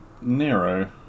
Nero